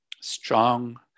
strong